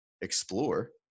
explore